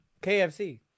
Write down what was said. KFC